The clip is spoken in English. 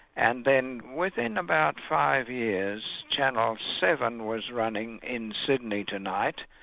and then within about five years, channel seven was running in sydney tonight,